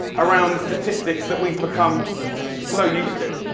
around the statistics that we've become so used to.